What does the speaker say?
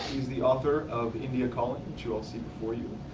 he's the author of india calling, which you all see before you.